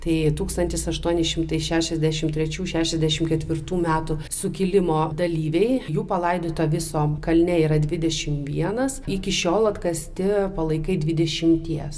tai tūkstantis aštuoni šimtai šešiasdešimt trečių šešiasdešimt ketvirtų metų sukilimo dalyviai jų palaidota viso kalne yra dvidešimt vienas iki šiol atkasti palaikai dvidešimties